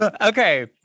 Okay